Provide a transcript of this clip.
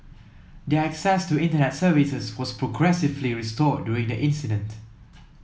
their access to internet services was progressively restored during the incident